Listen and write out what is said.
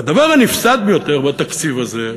והדבר הנפסד ביותר בתקציב הזה,